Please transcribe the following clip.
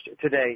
today